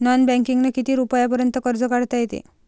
Non बँकिंगनं किती रुपयापर्यंत कर्ज काढता येते?